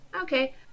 Okay